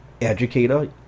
educator